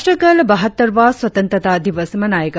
राष्ट्र कल बहत्तरवां स्वतंत्रता दिवस मनाएगा